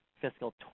fiscal